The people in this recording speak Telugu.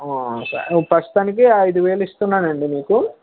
ప్రస్తుతానికి ఐదు వేలు ఇస్తున్నాను అండి మీకు